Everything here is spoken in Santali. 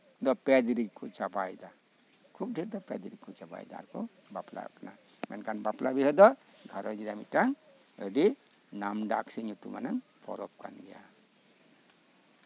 ᱯᱮ ᱫᱤᱱ ᱨᱮᱜᱮ ᱠᱚ ᱪᱟᱵᱟᱭᱮᱫᱟ ᱠᱷᱩᱵ ᱰᱷᱮᱨ ᱯᱮ ᱫᱤᱱ ᱨᱮᱠᱚ ᱪᱟᱵᱟᱭᱫᱟ ᱟᱨᱠᱚ ᱵᱟᱯᱞᱟᱜ ᱠᱟᱱᱟ ᱢᱮᱱᱠᱷᱟᱱ ᱵᱟᱯᱞᱟ ᱵᱤᱦᱟᱹ ᱫᱚ ᱜᱷᱟᱸᱨᱚᱧᱡᱽ ᱨᱮ ᱢᱤᱫᱴᱟᱝ ᱟᱹᱰᱤ ᱱᱟᱢᱰᱟᱠ ᱥᱮ ᱧᱩᱛᱢᱟᱱ ᱯᱚᱨᱚᱵᱽ ᱠᱟᱱ ᱜᱮᱭᱟ